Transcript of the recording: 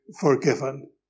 forgiven